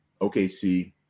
OKC